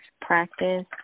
practice